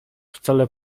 wcale